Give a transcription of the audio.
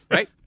Right